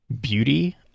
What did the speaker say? beauty